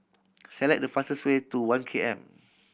select the fastest way to One K M